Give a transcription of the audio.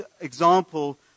example